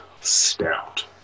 stout